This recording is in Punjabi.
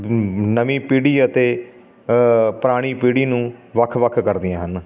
ਨਵੀਂ ਪੀੜ੍ਹੀ ਅਤੇ ਪੁਰਾਣੀ ਪੀੜ੍ਹੀ ਨੂੰ ਵੱਖ ਵੱਖ ਕਰਦੀਆਂ ਹਨ